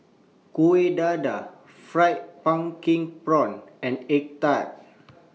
Kueh Dadar Fried Pumpkin Prawns and Egg Tart